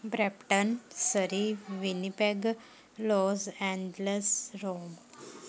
Brampton Surrey Winnipeg Los Angeles Rome